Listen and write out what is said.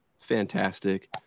fantastic